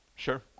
Sure